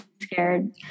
scared